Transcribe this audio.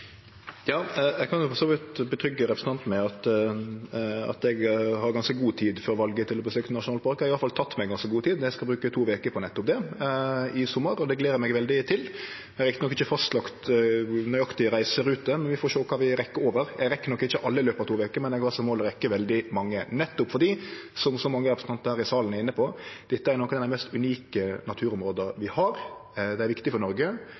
Eg kan for så vidt tryggje representanten med at eg har ganske god tid før valet til å besøkje nasjonalparkar. Eg har i alle fall teke meg ganske god tid. Eg skal bruke to veker på nettopp det i sommar, og det gler eg meg veldig til. Det er rett nok ikkje fastlagt nøyaktig reiserute, men vi får sjå kva vi rekk over. Eg rekk nok ikkje alle i løpet av to veker, men eg har som mål å rekke veldig mange, nettopp fordi, som mange representantar her i salen har vore inne på, dette er nokre av dei mest unike naturområda vi har. Dei er viktige for Noreg,